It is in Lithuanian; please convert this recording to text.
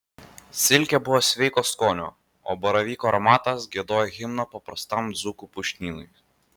silkė buvo sveiko skonio o baravykų aromatas giedojo himną paprastam dzūkų pušynui